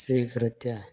स्वीकृत्य